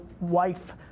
wife